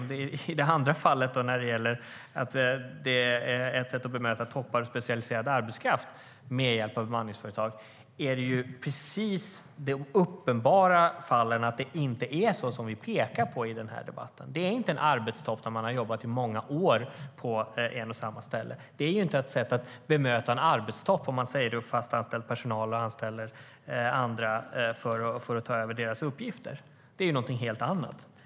När det sägs att bemanningsföretag är ett sätt att bemöta toppar och ta in specialiserad arbetskraft är det uppenbart att det inte stämmer, vilket vi pekar på. Det är inte en arbetstopp när man har jobbat i många år på ett och samma ställe. Det är inte ett sätt att bemöta en arbetstopp om man säger upp fast anställd personal och anlitar andra som tar över deras uppgifter. Det är någonting helt annat.